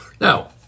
Now